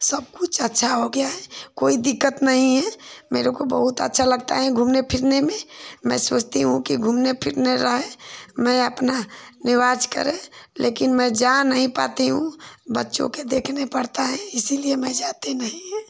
सबकुछ अच्छा हो गया है कोई दिक्कत नहीं है मेरे को बहुत अच्छा लगता है घूमने फिरने में मैं सोचती हूँ कि घूमने फिरने रहे मैं अपना निवाज़ करे लेकिन मैं जा नहीं पाती हूँ बच्चों को देखना पड़ता है इसीलिए मैं जाती नहीं है